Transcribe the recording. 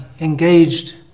engaged